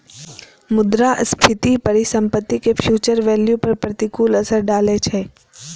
मुद्रास्फीति परिसंपत्ति के फ्यूचर वैल्यू पर प्रतिकूल असर डालै छै